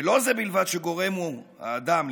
ולא זה בלבד שגורם הוא" האדם,